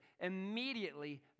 immediately